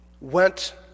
went